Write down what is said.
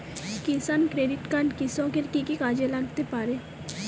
কিষান credit card কৃষকের কি কি কাজে লাগতে পারে?